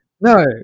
No